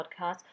podcast